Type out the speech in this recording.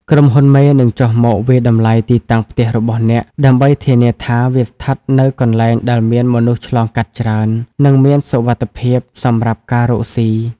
ក្រុមហ៊ុនមេនឹងចុះមក "វាយតម្លៃទីតាំងផ្ទះរបស់អ្នក" ដើម្បីធានាថាវាស្ថិតនៅកន្លែងដែលមានមនុស្សឆ្លងកាត់ច្រើន និងមានសុវត្ថិភាពសម្រាប់ការរកស៊ី។